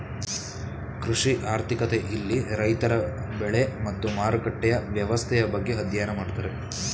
ಕೃಷಿ ಆರ್ಥಿಕತೆ ಇಲ್ಲಿ ರೈತರ ಬೆಳೆ ಮತ್ತು ಮಾರುಕಟ್ಟೆಯ ವ್ಯವಸ್ಥೆಯ ಬಗ್ಗೆ ಅಧ್ಯಯನ ಮಾಡ್ತಾರೆ